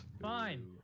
Fine